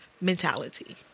mentality